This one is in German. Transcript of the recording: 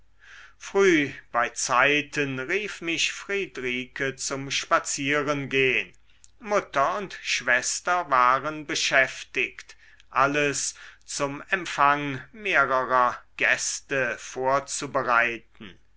früh bei zeiten rief mich friedrike zum spazierengehn mutter und schwester waren beschäftigt alles zum empfang mehrerer gäste vorzubereiten